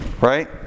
Right